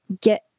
get